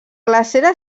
glacera